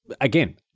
again